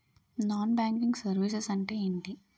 Non banking services అంటే ఎంటి?